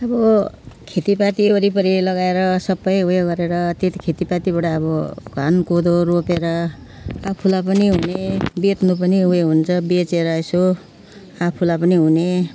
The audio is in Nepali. अब खेतीपाती वरिपरि लगाएर सबै उयो गरेर त्यति खेतीपातीबाट अब धान कोदो रोपेर आफूलाई पनि हुने बेच्नु पनि उयो हुन्छ बेचेर यसो आफूलाई पनि हुने